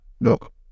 Look